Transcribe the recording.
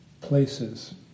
places